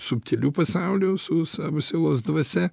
subtiliu pasauliu su savo sielos dvasia